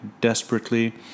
desperately